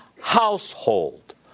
household